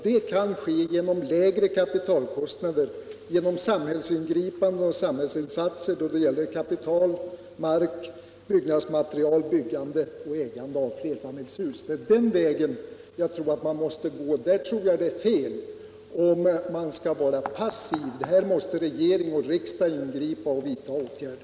Det kan ske genom lägre kapitalkostnad, genom samhällsingripanden och samhällsinsatser då det gäller kapital, mark, byggnadsmaterial, byggande och ägande av flerfamiljshus. Det är den vägen man måste gå. Här är det fel att vara passiv. Här måste regering och riksdag ingripa och vidta åtgärder.